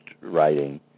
writing